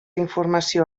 informació